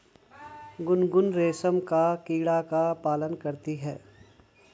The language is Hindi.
गुनगुन रेशम का कीड़ा का पालन करती है